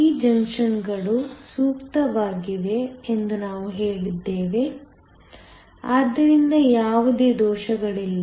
ಈ ಜಂಕ್ಷನ್ಗಳು ಸೂಕ್ತವಾಗಿವೆ ಎಂದು ನಾವು ಹೇಳಿದ್ದೇವೆ ಆದ್ದರಿಂದ ಯಾವುದೇ ದೋಷಗಳಿಲ್ಲ